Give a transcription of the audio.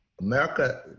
America